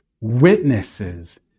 witnesses